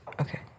Okay